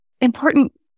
important